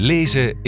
Lezen